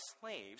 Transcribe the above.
slaves